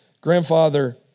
grandfather